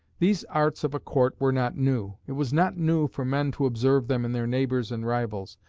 these arts of a court were not new it was not new for men to observe them in their neighbours and rivals.